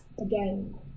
again